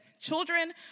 Children